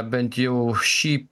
bent jau šį